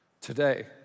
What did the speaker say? today